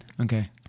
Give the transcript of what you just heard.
Okay